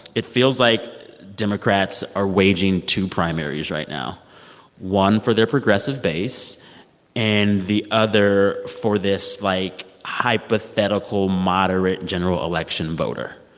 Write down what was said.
it feels like democrats are waging two primaries right now one for their progressive base and the other for this, like, hypothetical moderate general election voter.